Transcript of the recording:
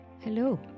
Hello